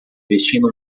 vestindo